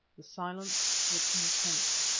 the silence was intense,